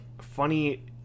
funny